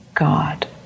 God